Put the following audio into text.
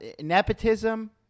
nepotism